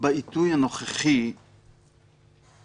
העיתוי הנוכחי הוא